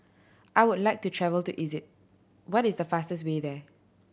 I would like to travel to Egypt what is the fastest way there